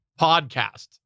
podcast